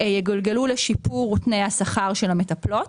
יגולגלו לשיפור תנאי השכר של המטפלות.